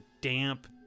damp